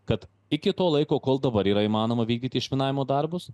kad iki to laiko kol dabar yra įmanoma vykdyti išminavimo darbus